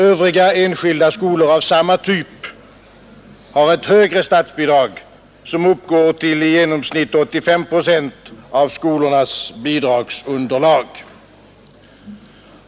Övriga enskilda skolor av samma typ har ett högre statsbidrag som uppgår till i genomsnitt 85 procent av skolornas bidragsunderlag.